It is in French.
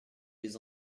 les